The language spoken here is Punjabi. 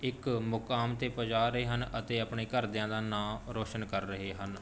ਇੱਕ ਮੁਕਾਮ 'ਤੇ ਪੁਜਾ ਰਹੇ ਹਨ ਅਤੇ ਆਪਣੇ ਘਰਦਿਆਂ ਦਾ ਨਾਂ ਰੋਸ਼ਨ ਕਰ ਰਹੇ ਹਨ